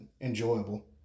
enjoyable